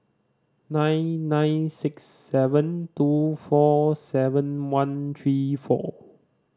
nine nine six seven two four seven one three four